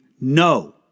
no